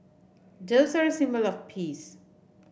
doves are a symbol of peace